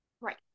right